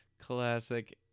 Classic